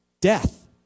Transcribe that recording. death